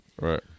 Right